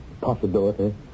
possibility